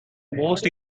most